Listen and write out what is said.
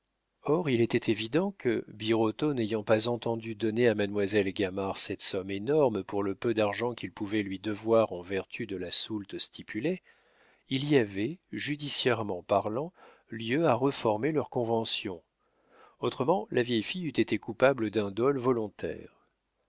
or il était évident que birotteau n'ayant pas entendu donner à mademoiselle gamard cette somme énorme pour le peu d'argent qu'il pouvait lui devoir en vertu de la soulte stipulée il y avait judiciairement parlant lieu à réformer leurs conventions autrement la vieille fille eût été coupable d'un dol volontaire